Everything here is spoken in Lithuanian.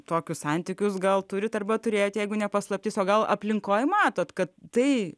tokius santykius gal turite arba turėjot jeigu ne paslaptis o gal aplinkoje matote kad tai